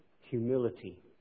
humility